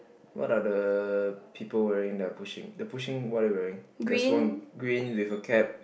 what are the people wearing that are pushing the pushing what are they wearing there's one green with the cap